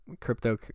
Crypto